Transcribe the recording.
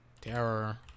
Terror